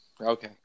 okay